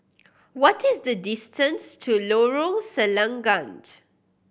what is the distance to Lorong Selangat